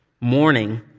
morning